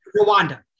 Rwanda